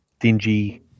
dingy